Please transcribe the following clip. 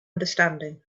understanding